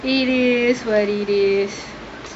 it is worthy days